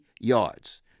yards